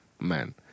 man